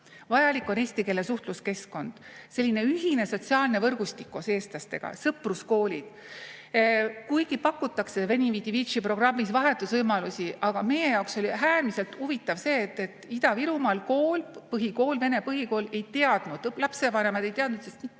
Vajalik on eestikeelne suhtluskeskkond, selline ühine sotsiaalne võrgustik koos eestlastega, sõpruskoolid. Kuigi pakutakse VeniVidiVici-programmis vahetusvõimalusi, siis meie jaoks oli äärmiselt huvitav see, et Ida-Virumaal vene põhikool ei teadnud, lapsevanemad ei teadnud sellest